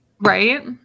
right